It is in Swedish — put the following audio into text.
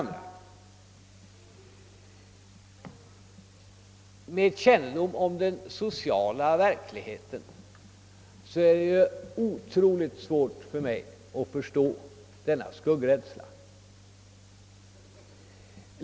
Med kännedom om den sociala verkligheten har jag ofantligt svårt att förstå denna skuggrädsla.